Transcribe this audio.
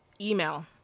email